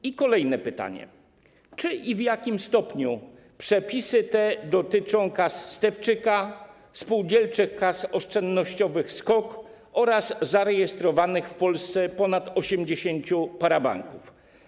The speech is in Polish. I kolejne pytanie: Czy i w jakim stopniu przepisy te dotyczą Kasy Stefczyka, spółdzielczych kas oszczędnościowych SKOK oraz zarejestrowanych w Polsce ponad 80 parabanków?